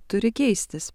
turi keistis